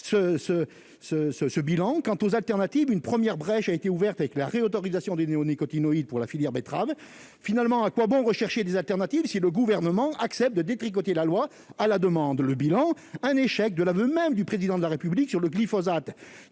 ce bilan quant aux alternatives, une première brèche a été ouverte avec la réautorisation des néonicotinoïde pour la filière betterave finalement, à quoi bon rechercher des alternatives si le gouvernement accepte de détricoter la loi à la demande, le bilan, un échec de l'aveu même du président de la République sur le glyphosate,